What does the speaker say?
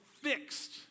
fixed